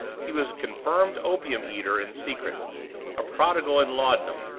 he was a confirmed opium-eater in secret a prodigal in laudanum,